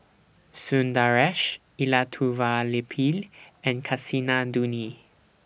Sundaresh Elattuvalapil and Kasinadhuni